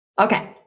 Okay